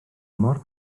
mor